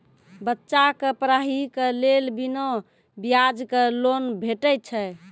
बच्चाक पढ़ाईक लेल बिना ब्याजक लोन भेटै छै?